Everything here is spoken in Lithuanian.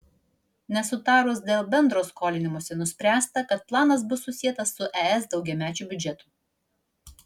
nesutarus dėl bendro skolinimosi nuspręsta kad planas bus susietas su es daugiamečiu biudžetu